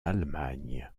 allemagne